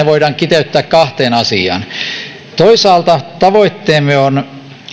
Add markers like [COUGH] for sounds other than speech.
[UNINTELLIGIBLE] voidaan kiteyttää kahteen asiaan toisaalta tavoitteemme on